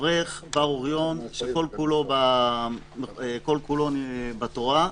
אברך בר-אוריין, שכל כולו בתורה,